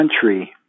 country